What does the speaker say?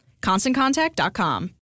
ConstantContact.com